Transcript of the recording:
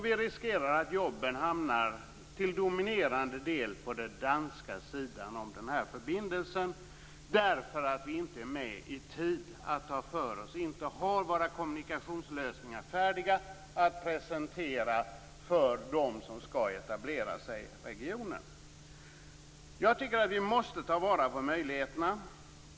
Vi riskerar nu att jobben till den dominerande delen hamnar på den danska sidan av förbindelsen; detta därför att vi inte i tid har tagit för oss och inte har kommunikationslösningar färdiga att presentera för dem som skall etablera sig i regionen. Vi måste ta vara på möjligheterna.